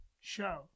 show